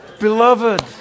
Beloved